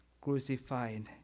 crucified